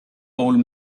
old